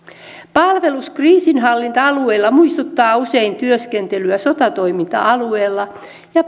palvelus kriisinhallinta alueilla muistuttaa usein työskentelyä sotatoiminta alueilla ja